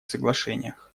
соглашениях